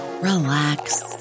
relax